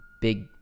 big